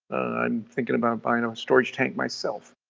i'm thinking about buying a storage tank myself,